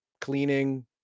cleaning